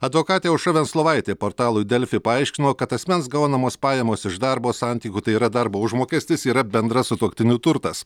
advokatė aušra venslovaitė portalui delfi paaiškino kad asmens gaunamos pajamos iš darbo santykių tai yra darbo užmokestis yra bendras sutuoktinių turtas